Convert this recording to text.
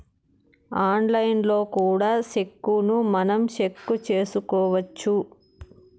ఆన్లైన్లో కూడా సెక్కును మనం చెక్ చేసుకోవచ్చు